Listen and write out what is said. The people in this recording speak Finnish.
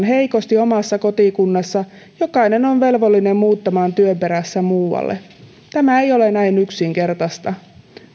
heikosti omassa kotikunnassa jokainen on velvollinen muuttamaan työn perässä muualle tämä ei ole näin yksinkertaista